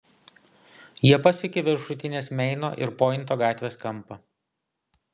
jie pasiekė viršutinės meino ir pointo gatvės kampą